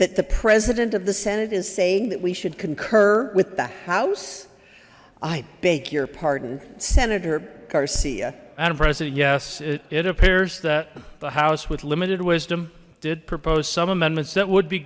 that the president of the senate is saying that we should concur with the house i beg your pardon senator garcia madam president yes it appears that the house with limited wisdom did propose some amendments that would be